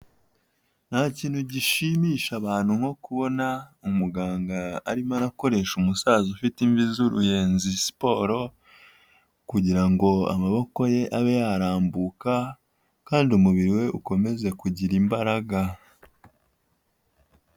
Nta kintu gishimisha abantu nko kubona umuganga arimo arakoresha umusaza ufite imbibi z'uruyenzi siporo, kugira ngo amaboko ye abe yarambuka kandi umubiri we ukomeze kugira imbaraga.